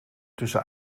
tussen